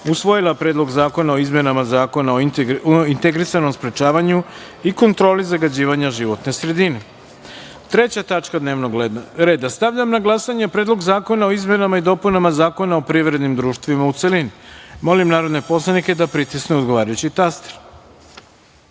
usvojila Predlog zakona o izmenama Zakona o integrisanom sprečavanju i kontroli zagađivanja životne sredine. Treća tačka dnevnog reda - Stavljam na glasanje Predlog zakona o izmenama i dopunama Zakona o privrednim društvima, u celini. Molim narodne poslanike da pritisnu odgovarajući